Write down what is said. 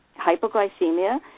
hypoglycemia